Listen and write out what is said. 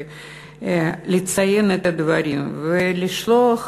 לציין את הדברים ולשלוח